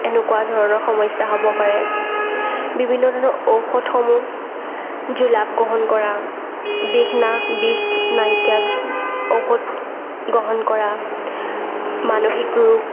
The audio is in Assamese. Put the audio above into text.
এনেকুৱা ধৰণৰ সমস্যা হ'ব পাৰে বিভিন্ন ধৰণৰ ঔষধসমূহ জুলাপ গ্ৰহণ কৰা বিষ বিষ নাইকিয়া ঔষধ গ্ৰহণ কৰা মানসিক ৰোগ